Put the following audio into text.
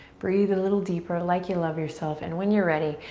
breathe a little deeper like you love yourself. and when you're ready,